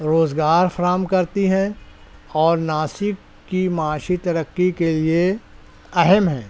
روزگار فراہم کرتی ہیں اور ناسک کی معاشی ترقی کے لیے اہم ہیں